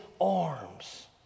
arms